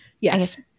yes